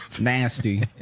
Nasty